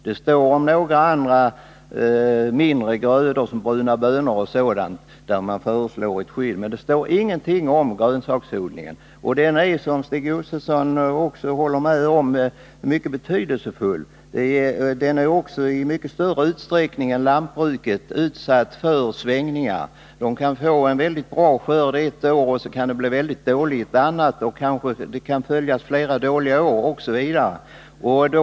Det står om några andra mindre grödor, bl.a. bruna bönor, för vilka man föreslår ett skydd. Men det står ingenting om grönsaksodlingen. Den är, som Stig Josefson håller med om, mycket betydelsefull. Den är också i mycket större utsträckning än lantbruket utsatt för svängningar. Odlarna kan få väldigt bra skörd ett år, och det kan bli mycket dåligt ett annat år. Det kan också följa flera dåliga år efter varandra osv.